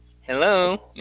Hello